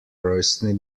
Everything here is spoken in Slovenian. rojstni